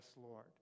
Lord